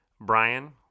Brian